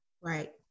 Right